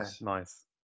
nice